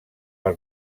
per